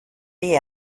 the